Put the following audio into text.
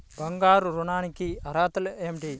బంగారు ఋణం కి అర్హతలు ఏమిటీ?